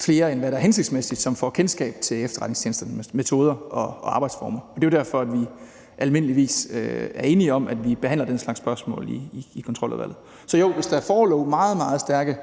flere, end hvad der er hensigtsmæssigt, som får kendskab til efterretningstjenesternes metoder og arbejdsformer. Det er jo derfor, at vi almindeligvis er enige om, at vi behandler den slags spørgsmål i Kontroludvalget. Så jo, hvis der forelå meget, meget stærke